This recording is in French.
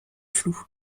floue